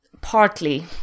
partly